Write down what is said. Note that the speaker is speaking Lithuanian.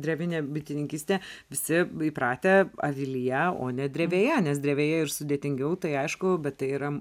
drevinė bitininkystė visi įpratę avilyje o ne drevėje nes drevėje ir sudėtingiau tai aišku bet tai yra